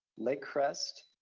lake crest,